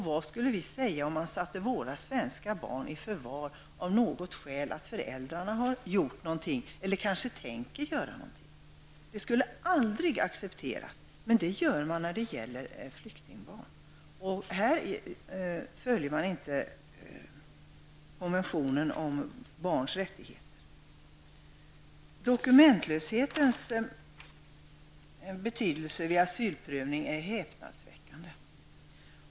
Vad skulle vi säga om man satte våra svenska barn i förvar på grund av att föräldrarna gjort någonting eller kanske tänker göra någonting? Det skulle vi aldrig acceptera, men när det gäller flyktingbarn gör vi det. Man följer här inte konventionen om barns rättigheter. Dokumentlöshetens betydelse vid asylprövning är häpnadsväckande.